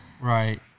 Right